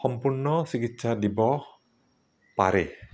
সম্পূৰ্ণ চিকিৎসা দিব পাৰে